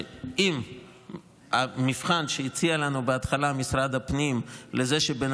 שאם המבחן שהציע לנו בהתחלה משרד הפנים לזה שבן